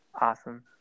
awesome